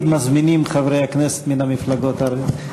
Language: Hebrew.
מזמינים חברי הכנסת מן המפלגות הערביות.